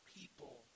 people